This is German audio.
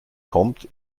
kommt